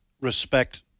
respect